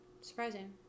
Surprising